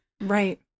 Right